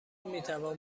میتوان